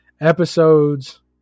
episodes